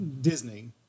Disney